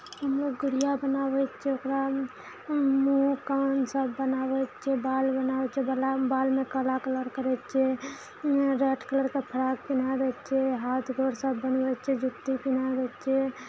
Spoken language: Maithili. हम्मे अर गुड़िया बनाबय छियै ओकरा मूँह कान सब बनाबय छियै बाल बनाबय छियै बाला बालमे काला कलर करय छियै रेड कलरके फ्राक पिन्हा दै छियै हाथ गोर सब बनबय छियै जुत्ती पिन्हा दै छियै